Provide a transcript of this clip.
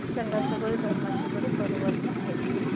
ଚଣ୍ଡାଶୋକରୁ ଧର୍ମାଶୋକରେ ପରିବର୍ତ୍ତନ ହୋଇଥିଲେ